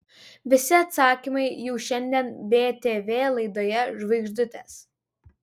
visi atsakymai jau šiandien btv laidoje žvaigždutės